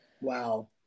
Wow